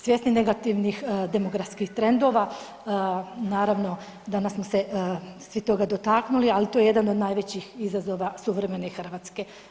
Svjesni negativnih demografskih trendova naravno danas smo se svi toga dotaknuli, ali to je jedan od najvećih izazova suvremene Hrvatske.